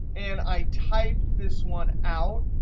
and i type this one out,